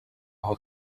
aho